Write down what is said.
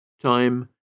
Time